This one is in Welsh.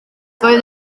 doedd